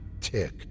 tick